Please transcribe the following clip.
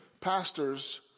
pastors